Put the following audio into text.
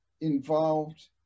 involved